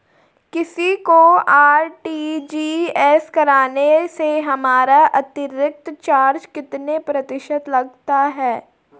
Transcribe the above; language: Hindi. किसी को आर.टी.जी.एस करने से हमारा अतिरिक्त चार्ज कितने प्रतिशत लगता है?